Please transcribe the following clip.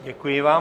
Děkuji vám.